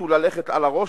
שהחליטו ללכת על הראש,